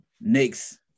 next